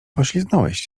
pośliznąłeś